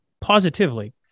positively